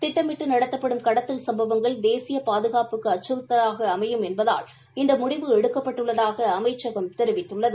திட்டமிட்டு நடத்தப்படும் கடத்தல் சம்பவங்கள் தேசிய பாதுகாப்புக்கு அச்சறுத்தலாக அமையும் என்பதால் இந்த முடிவு எடுக்கப்பட்டுள்ளதாக அமைச்சகம் தெரிவித்துள்ளது